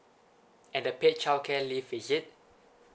and the paid childcare leave is it